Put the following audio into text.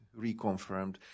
reconfirmed